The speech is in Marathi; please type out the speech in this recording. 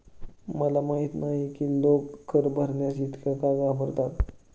मला माहित नाही की लोक कर भरण्यास इतके का घाबरतात